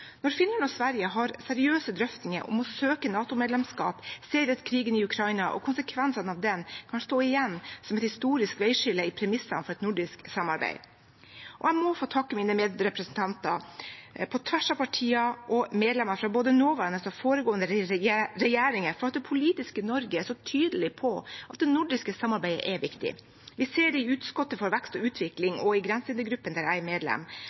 Når Finland og Sverige har seriøse drøftinger om å søke NATO-medlemskap, ser vi at krigen i Ukraina og konsekvensene av den kan stå igjen som et historisk veiskille i premissene for et nordisk samarbeid. Jeg må få takke mine medrepresentanter, på tvers av partier, og medlemmer fra både nåværende og foregående regjeringer for at det politiske Norge er så tydelig på at det nordiske samarbeidet er viktig. Vi ser det der jeg er medlem, i utvalget for vekst og